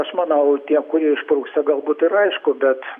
aš manau tie kurie išprusę galbūt ir aišku bet